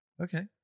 Okay